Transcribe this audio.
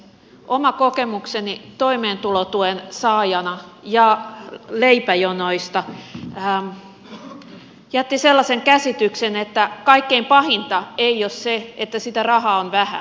oma kokemukseni toimeentulotuen saajana ja leipäjonoista jätti sellaisen käsityksen että kaikkein pahinta ei ole se että sitä rahaa on vähän